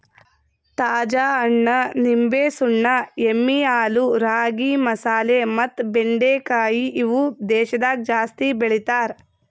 ತಾಜಾ ಹಣ್ಣ, ನಿಂಬೆ, ಸುಣ್ಣ, ಎಮ್ಮಿ ಹಾಲು, ರಾಗಿ, ಮಸಾಲೆ ಮತ್ತ ಬೆಂಡಿಕಾಯಿ ಇವು ದೇಶದಾಗ ಜಾಸ್ತಿ ಬೆಳಿತಾರ್